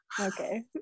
Okay